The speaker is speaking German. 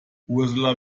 ursula